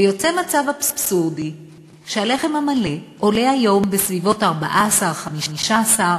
ויוצא מצב אבסורדי שהלחם המלא עולה היום בסביבות 14 15 ש"ח,